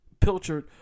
pilchered